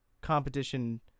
competition